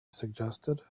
suggested